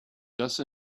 dirt